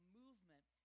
movement